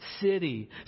City